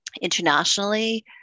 internationally